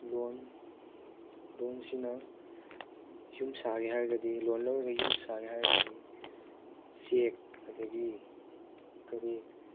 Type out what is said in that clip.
ꯂꯣꯟ ꯂꯣꯟꯁꯤꯅ ꯌꯨꯝ ꯁꯥꯒꯦ ꯍꯥꯏꯔꯒꯗꯤ ꯂꯣꯟ ꯂꯧꯔꯒ ꯌꯨꯝ ꯁꯥꯒꯦ ꯍꯥꯏꯔꯒꯗꯤ ꯆꯦꯛ ꯑꯗꯒꯤ ꯀꯔꯤ